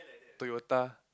Toyota